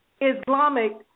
Islamic